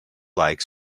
like